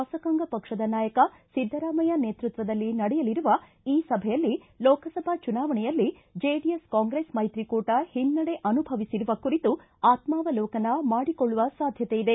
ಶಾಸಕಾಂಗ ಪಕ್ಷದ ನಾಯಕ ಒದ್ದರಾಮಯ್ಯ ನೇತೃತ್ವದಲ್ಲಿ ನಡೆಯಲಿರುವ ಈ ಸಭೆಯಲ್ಲಿ ಲೋಕಸಭಾ ಚುನಾವಣೆಯಲ್ಲಿ ಜೆಡಿಎಸ್ ಕಾಂಗ್ರೆಸ್ ಮೈತ್ರಿಕೂಟ ಹಿನ್ನೆಡೆ ಅನುಭವಿಸಿರುವ ಕುರಿತು ಆತ್ಮಾವಲೋಕನ ಮಾಡಿಕೊಳ್ಳುವ ಸಾಧ್ಯತೆ ಇದೆ